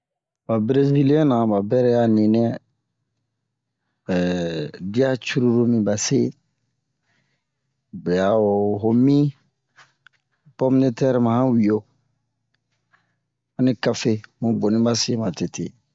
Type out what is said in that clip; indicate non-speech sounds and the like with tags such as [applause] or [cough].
Ba breziliɛn na ba bɛrɛ a ninɛ [hesitation] dia cururu mi ba se bu'ɛ a'o ho mi pom-de-tɛr ma han wiyo mani kafe mu boni ba se ma tete